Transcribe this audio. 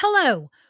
Hello